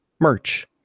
merch